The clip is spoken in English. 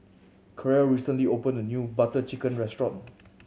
Karel recently opened a new Butter Chicken restaurant